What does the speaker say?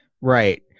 Right